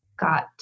got